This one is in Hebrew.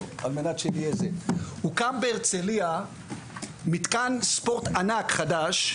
הוקם בהרצליה מתקן ספורט ענק חדש,